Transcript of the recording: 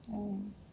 mm